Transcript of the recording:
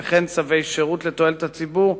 וכן צווי שירות לתועלת הציבור,